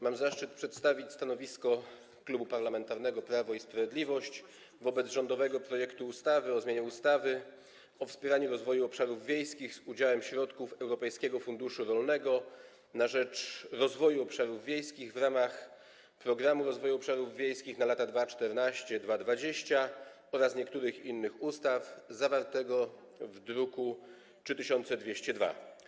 Mam zaszczyt przedstawić stanowisko Klubu Parlamentarnego Prawo i Sprawiedliwość wobec rządowego projektu ustawy o zmianie ustawy o wspieraniu rozwoju obszarów wiejskich z udziałem środków Europejskiego Funduszu Rolnego na rzecz Rozwoju Obszarów Wiejskich w ramach Programu Rozwoju Obszarów Wiejskich na lata 2014–2020 oraz niektórych innych ustaw, zawartego w druku nr 3202.